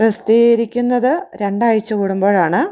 പ്രസ്ദ്ധീകരിക്കുന്നത് രണ്ടാഴ്ച കൂടുമ്പോഴാണ്